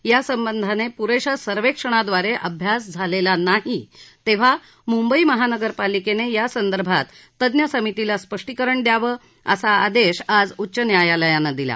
यासंबंधाने प्रेशा सर्वेक्षणादवारे अभ्यास झालेला नाही तेव्हा मुंबई महानगरपालिकेने यासंदर्भात तज्ज्ञ समितीला स्पष्टीकरण द्यावं असा आदेश आज उच्च न्यायालयाने दिला